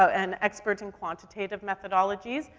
so an expert in quantitative methodologies.